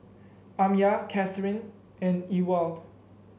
Amya Kathyrn and Ewald